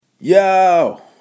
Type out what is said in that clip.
yo